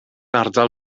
ardal